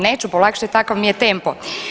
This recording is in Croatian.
Neću polakše takav mi je tempo.